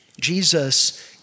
Jesus